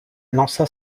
lança